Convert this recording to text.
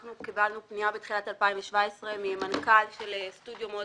אנחנו קבלנו פנייה בתחילת 2017 ממנכ"ל סטודיו מאוד